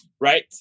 right